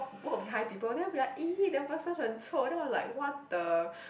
walk behind people then it'll be like !ee! that person 很臭 then I was like what the